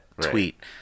tweet